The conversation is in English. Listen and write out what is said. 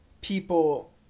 people